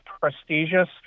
prestigious